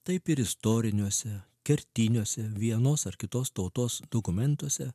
taip ir istoriniuose kertiniuose vienos ar kitos tautos dokumentuose